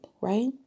Right